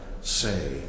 say